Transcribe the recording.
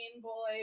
boy